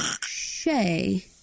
Shay